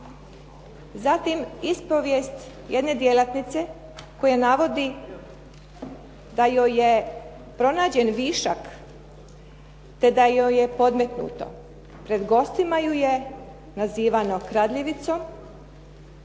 Zatim, ispovijest jedne djelatnice koja navodi da joj je pronađen višak, te da joj je podmetnuto, pred gostima ju je nazivano kradljivicom,